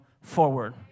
forward